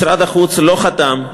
משרד החוץ לא חתם,